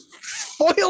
Foiled